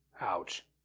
Ouch